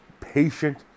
patient